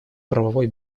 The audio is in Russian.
правовой